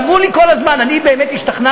אמרו לי כל הזמן, אני באמת השתכנעתי,